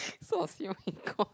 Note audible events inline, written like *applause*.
so *laughs*